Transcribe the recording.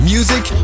Music